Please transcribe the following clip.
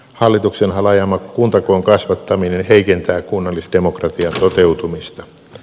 hallituksen halajama kuntakoon kasvattaminen heikentää kunnallisdemokratian toteutumista